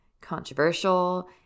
controversial